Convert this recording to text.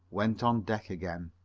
went on deck again.